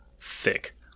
thick